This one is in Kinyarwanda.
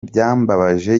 byambabaje